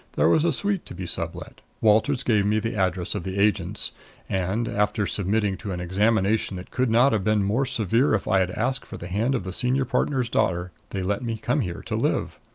there was a suite to be sublet. walters gave me the address of the agents and, after submitting to an examination that could not have been more severe if i had asked for the hand of the senior partner's daughter, they let me come here to live.